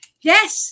Yes